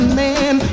man